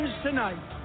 tonight